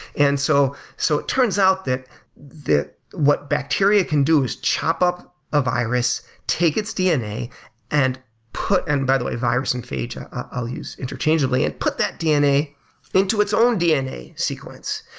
and so so it turns out that what bacteria can do is chop up a virus, take its dna and put and by the way, virus and phage, i'll use interchangeably, and put that dna into its own dna sequence.